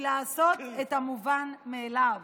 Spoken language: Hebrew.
היא לעשות את המובן מאליו,